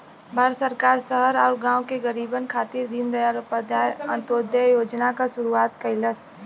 भारत सरकार शहर आउर गाँव के गरीबन खातिर दीनदयाल उपाध्याय अंत्योदय योजना क शुरूआत कइलस